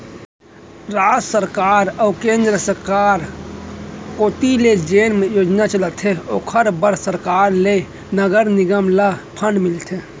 राज सरकार अऊ केंद्र सरकार कोती ले जेन योजना चलथे ओखर बर सरकार ले नगर निगम ल फंड मिलथे